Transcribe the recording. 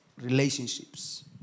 relationships